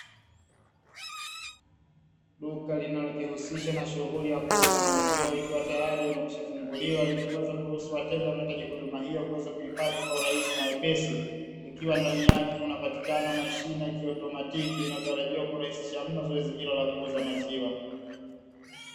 Duka linalojishughulisha na shughuli ya kuuza maziwa likiwa tayari limekwishafunguliwa, ili kuweza kuruhusu wateja wanaohitaji huduma hiyo kuweza kuipata kwa urahisi na wepesi, ikiwa ndani yake kunapatikana mashine ya kiautomatiki inayotarajiwa kurahisisha mno zoezi hilo la kuuza maziwa.